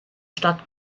stadt